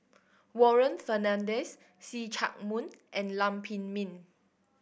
Warren Fernandez See Chak Mun and Lam Pin Min